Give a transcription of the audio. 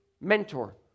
mentor